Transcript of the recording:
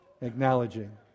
acknowledging